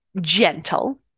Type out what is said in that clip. gentle